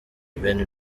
ben